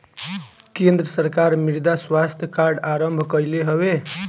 केंद्र सरकार मृदा स्वास्थ्य कार्ड आरंभ कईले हवे